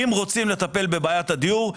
אם רוצים לטפל בבעיית הדיור,